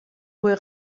boa